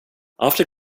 after